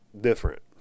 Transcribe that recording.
different